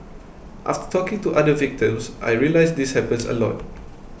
after talking to other victims I realised this happens a lot